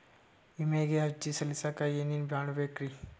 ವಿಮೆಗೆ ಅರ್ಜಿ ಸಲ್ಲಿಸಕ ಏನೇನ್ ಮಾಡ್ಬೇಕ್ರಿ?